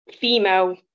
female